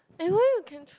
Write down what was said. eh why you can